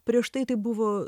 prieš tai tai buvo